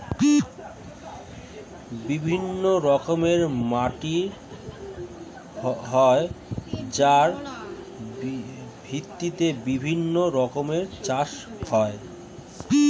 বিভিন্ন রকমের মাটি হয় যার ভিত্তিতে বিভিন্ন রকমের চাষ হয়